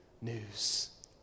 news